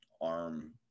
arm